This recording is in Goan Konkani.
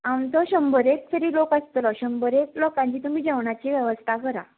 आमचो शंबर एक तरी लोक आसतलो शंबरेक लोकांची तुमी जेवणाची वेवस्था करा